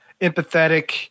empathetic